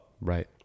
Right